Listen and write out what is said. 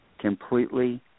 completely